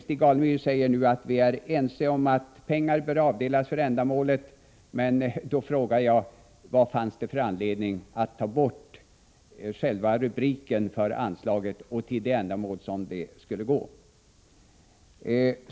Stig Alemyr säger att vi är ense om att pengar bör avdelas för ändamålet, men då frågar jag: Vad fanns det för anledning att ta bort rubriken som angav till vilket ändamål anslaget skulle gå?